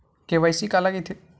KYC काला कइथे?